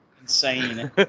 Insane